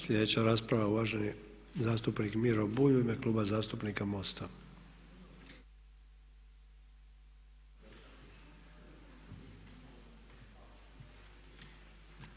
Sljedeća rasprava je uvaženi zastupnik Miro Bulj u ime kluba zastupnika MOST-a.